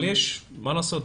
אבל מה לעשות,